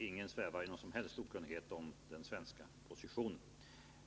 Ingen svävar därför i någon som helst okunnighet om den svenska positionen.